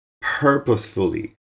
purposefully